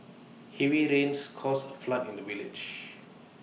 heavy rains caused A flood in the village